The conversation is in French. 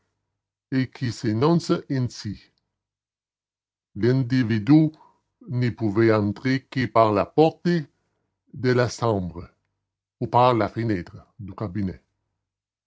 et qui s'énonce ainsi l'individu ne pouvait entrer que par la porte de la chambre ou par la fenêtre du cabinet